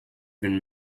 been